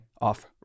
off